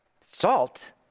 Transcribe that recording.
Salt